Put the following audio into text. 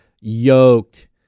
yoked